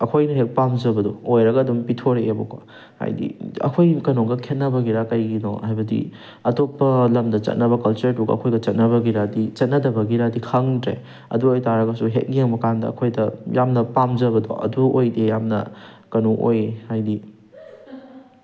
ꯑꯩꯈꯣꯏꯅ ꯍꯦꯛ ꯄꯥꯝꯖꯕꯗꯣ ꯑꯣꯏꯔꯒ ꯑꯗꯨꯝ ꯄꯤꯊꯣꯔꯛꯑꯦꯕꯀꯣ ꯍꯥꯏꯗꯤ ꯑꯩꯈꯣꯏ ꯀꯩꯅꯣꯒ ꯈꯦꯠꯅꯕꯒꯤꯔ ꯀꯩꯒꯤꯅꯣ ꯍꯥꯏꯕꯗꯤ ꯑꯇꯣꯞꯄ ꯂꯝꯗ ꯆꯠꯅꯕ ꯀꯜꯆꯔꯗꯨꯒ ꯑꯩꯈꯣꯏꯒ ꯆꯠꯅꯕꯒꯤꯔꯗꯤ ꯆꯠꯅꯗꯕꯒꯤꯔꯥꯗꯤ ꯈꯪꯗ꯭ꯔꯦ ꯑꯗꯨ ꯑꯣꯏ ꯇꯥꯔꯒꯁꯨ ꯍꯦꯛ ꯌꯦꯡꯕꯀꯥꯟꯗ ꯑꯩꯈꯣꯏꯗ ꯌꯥꯝꯅ ꯄꯥꯝꯖꯕꯗꯣ ꯑꯗꯨ ꯑꯣꯏꯗꯦ ꯌꯥꯝꯅ ꯀꯩꯅꯣ ꯑꯣꯏ ꯍꯥꯏꯗꯤ